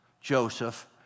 Joseph